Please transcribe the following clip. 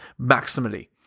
maximally